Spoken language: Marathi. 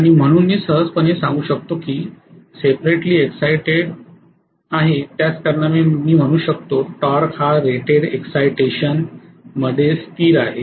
आणि म्हणून मी सहजपणे सांगू शकतो की ही सेपरेटली एक्साईटेड आहे त्याच कारणामुळे मी म्हणू शकतो टॉर्क हा रेटेड एक्साईटेशन मध्ये स्थिर आहे